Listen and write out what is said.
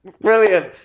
Brilliant